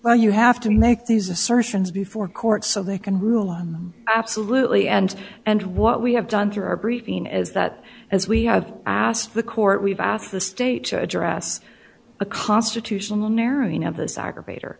well you have to make these assertions before court so they can rule on absolutely and and what we have done through our briefing is that as we have asked the court we've asked the state to address a constitutional narrowing of those aggravat